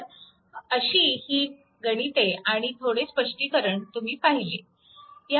तर अशी ही गणिते आणि थोडे स्पष्टीकरण तुम्ही पाहिलीत